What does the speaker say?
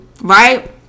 right